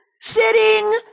sitting